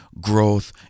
growth